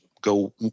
go